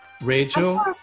Rachel